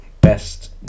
best